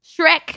Shrek